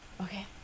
okay